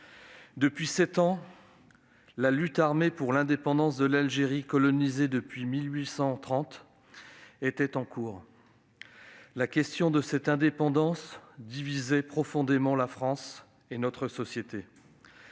depuis sept ans, la lutte armée pour l'indépendance de l'Algérie, colonisée depuis 1830, se poursuit. La question de cette indépendance divise profondément notre société.